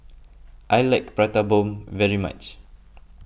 I like Prata Bomb very much